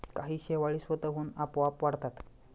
काही शेवाळी स्वतःहून आपोआप वाढतात